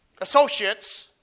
associates